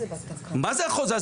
מה זה החוזה הזה?